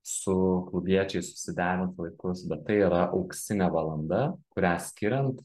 su klubiečiais susiderint laikus bet tai yra auksinė valanda kurią skiriant